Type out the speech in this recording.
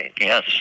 Yes